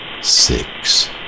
six